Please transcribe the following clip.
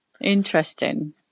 Interesting